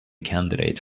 candidate